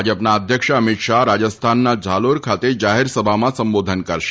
ભાજપ અધ્યક્ષ અમીત શાહ રાજસ્થાનના ઝાલોર ખાતે જાહેરસભામાં સંબોધન કરશે